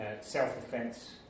self-defense